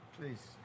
please